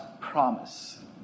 promise